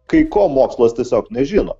kai ko mokslas tiesiog nežino